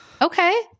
Okay